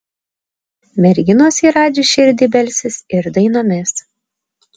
merginos į radži širdį belsis ir dainomis